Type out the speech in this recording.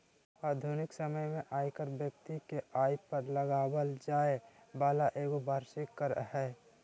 आधुनिक समय में आयकर व्यक्ति के आय पर लगाबल जैय वाला एगो वार्षिक कर हइ